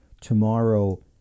tomorrow